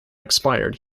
expired